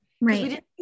Right